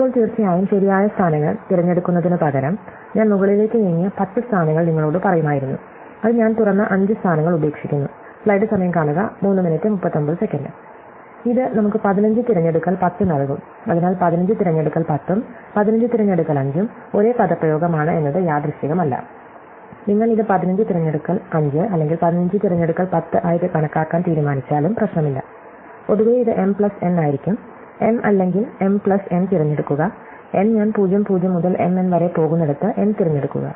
ഇപ്പോൾ തീർച്ചയായും ശരിയായ സ്ഥാനങ്ങൾ തിരഞ്ഞെടുക്കുന്നതിനുപകരം ഞാൻ മുകളിലേക്ക് നീങ്ങിയ 10 സ്ഥാനങ്ങൾ നിങ്ങളോട് പറയുമായിരുന്നു അത് ഞാൻ തുറന്ന 5 സ്ഥാനങ്ങൾ ഉപേക്ഷിക്കുന്നു വരെ പോകുന്നിടത്ത് n തിരഞ്ഞെടുക്കുക